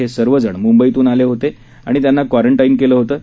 हे सर्वजण मुंबईतून आले होते आणि त्यांना क्वारंटाज्ञ केलं होतं